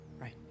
Right